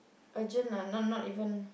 urgent lah not not even